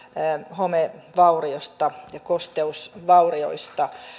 homevauriosta ja kosteusvaurioista